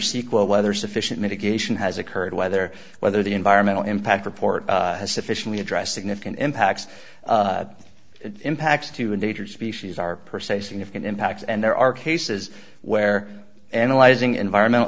quote whether sufficient mitigation has occurred whether whether the environmental impact report has sufficiently address significant impacts impacts to endangered species are per se significant impact and there are cases where analyzing environmental